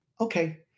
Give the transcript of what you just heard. Okay